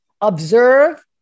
observe